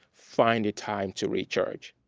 find a time to recharge.